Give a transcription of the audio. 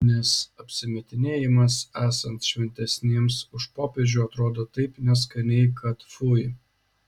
nes apsimetinėjimas esant šventesniems už popiežių atrodo taip neskaniai kad fui